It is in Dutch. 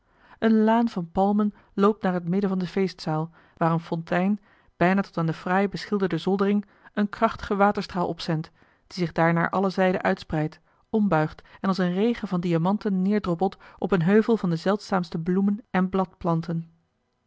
eene laan van palmen loopt naar het midden van de feestzaal waar eene fontein bijna tot aan de fraai beschilderde zoldering een krachtigen waterstraal opzendt die zich daar naar alle zijden uitspreidt ombuigt en als een regen van diamanten neerdroppelt op een heuvel van de zeldzaamste bloemen en